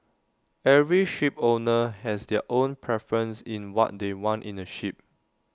every shipowner has their own preference in what they want in A ship